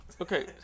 Okay